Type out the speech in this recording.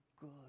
good